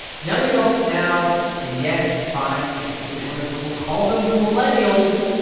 young adults now and, yes, fine. i hate the word, but we'll call them millennials.